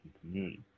community